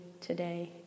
today